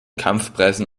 kampfpreisen